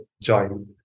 join